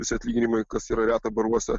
visi atlyginimai kas yra reta baruose